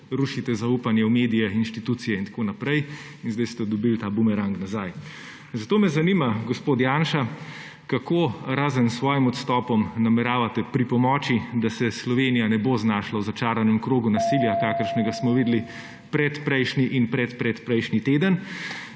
rušite zaupanje v medije, inštitucije in tako naprej. In zdaj ste dobil ta bumerang nazaj. Zato me zanima, gospod Janša: Kako, razen s svojim odstopom, nameravate pripomoči, da se Slovenija ne bo znašla v začaranem krogu nasilja, kakršnega smo videli predprejšnji in predpredprejšnji teden?